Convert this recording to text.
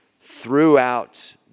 throughout